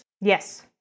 Yes